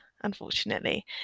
unfortunately